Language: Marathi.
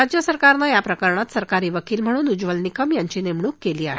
राज्य सरकारनं या प्रकरणात सरकारी वकील म्हणून उज्वल निकम यांची नेमणुक केली आहे